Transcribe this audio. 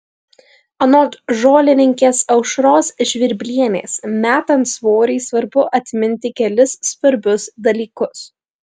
anot žolininkės aušros žvirblienės metant svorį svarbu atminti kelis svarbius dalykus